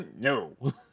No